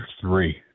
three